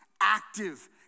active